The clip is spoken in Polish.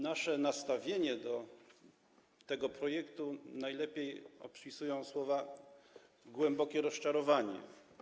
Nasze nastawienie do tego projektu najlepiej opisują słowa: głębokie rozczarowanie.